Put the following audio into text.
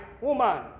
woman